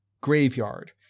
graveyard